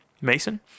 Mason